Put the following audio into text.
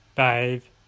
Five